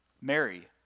Mary